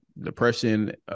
depression